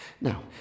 Now